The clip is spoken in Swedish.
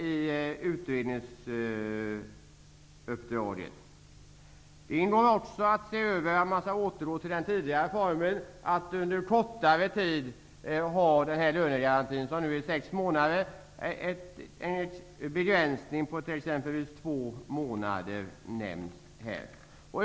I utredningsuppdraget ingår att undersöka huruvida man bör återgå till den tidigare formen med lönegaranti under kortare tid -- den är sex månader nu. En begränsning med exempelvis två månader nämns.